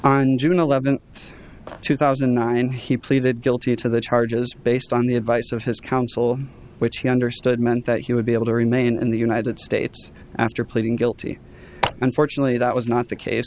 on june eleventh two thousand and nine he pleaded guilty to the charges based on the advice of his counsel which he understood meant that he would be able to remain in the united states after pleading guilty unfortunately that was not the case